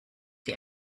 die